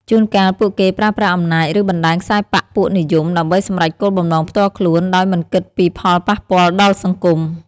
ជួនកាល ពួកគេប្រើប្រាស់អំណាច ឬបណ្តាញខ្សែបក្សពួកនិយម ដើម្បីសម្រេចគោលបំណងផ្ទាល់ខ្លួន ដោយមិនគិតពីផលប៉ះពាល់ដល់សង្គម។